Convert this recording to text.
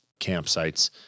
campsites